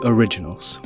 Originals